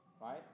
right